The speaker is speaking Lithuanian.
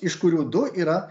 iš kurių du yra